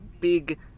big